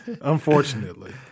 unfortunately